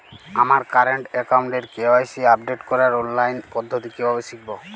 আমার কারেন্ট অ্যাকাউন্টের KYC update করার অনলাইন পদ্ধতি কীভাবে শিখব?